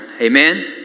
Amen